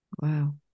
wow